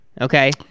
okay